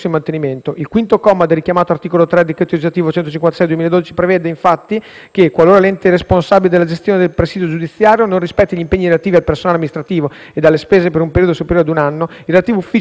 infatti, che, qualora l'ente locale responsabile della gestione del presidio giudiziario non rispetti gli impegni relativi al personale amministrativo ed alle spese per un periodo superiore ad un anno, il relativo ufficio del giudice di pace sia soppresso mediante l'adozione di un decreto ministeriale che provvede all'esclusione